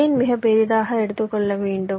ஏன் மிகப் பெரியதாக எடுத்துக்கொள்ள வேண்டும்